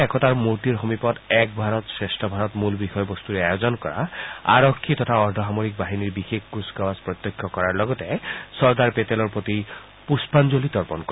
একতাৰ প্ৰতিমূৰ্তিৰ সমীপত এক ভাৰত শ্ৰেষ্ঠ ভাৰত মূল বিষয়বস্তুৰে আয়োজন কৰা আৰক্ষী তথা অৰ্ধসামৰিক বাহিনীৰ বিশেষ কুচকাৱাজ প্ৰত্যক্ষ কৰাৰ লগতে চৰ্দাৰ পেটেলৰ প্ৰতি পুষ্পাঞ্জলি তৰ্পণ কৰে